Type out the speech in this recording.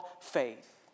faith